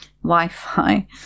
wi-fi